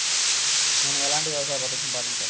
నేను ఎలాంటి వ్యవసాయ పద్ధతిని పాటించాలి?